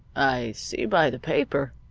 i see by the paper,